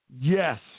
Yes